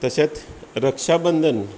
तशेंच रक्षाबंधन